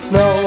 no